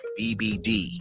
BBD